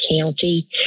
county